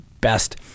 best